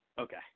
Okay